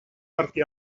martí